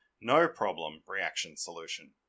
No-Problem-Reaction-Solution